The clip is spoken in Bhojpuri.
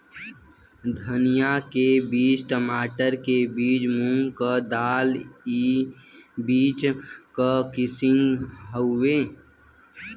धनिया के बीज, छमाटर के बीज, मूंग क दाल ई बीज क किसिम हउवे